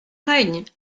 règne